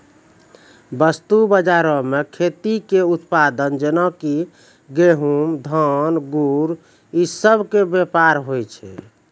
वस्तु बजारो मे खेती के उत्पाद जेना कि गहुँम, धान, गुड़ इ सभ के व्यापार होय छै